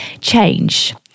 change